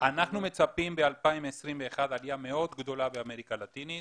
אנחנו מצפים ב-2021 לעלייה מאוד גדולה מאמריקה הלטינית.